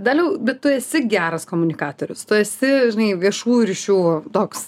daliau bet tu esi geras komunikatorius tu esi žinai viešųjų ryšių toks